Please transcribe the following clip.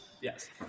Yes